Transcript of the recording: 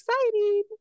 exciting